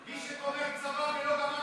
מי שגומר צבא ולא גמר בגרות,